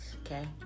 okay